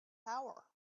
power